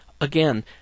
again